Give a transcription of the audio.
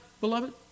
beloved